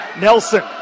Nelson